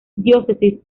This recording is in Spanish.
diócesis